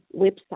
website